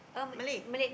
Malay